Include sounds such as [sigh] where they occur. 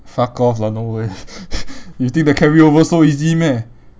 fuck off lah no way [laughs] you think the carry over so easy meh